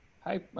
Hi